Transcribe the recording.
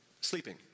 sleeping